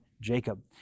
Jacob